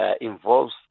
involves